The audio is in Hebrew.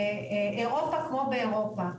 אירופה כמו באירופה,